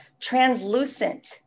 translucent